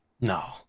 No